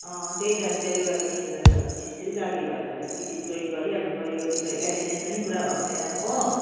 त्यही त त्यसले गर्दा तिमी अन्त छिटछिटो जाती भएर कि त जोइन गर्नु परिहाल्यो तिम्रो एटेन्डेन्स पनि पुरा भएको छैन हो